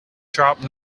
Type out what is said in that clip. sharp